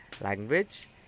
language